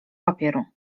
papieru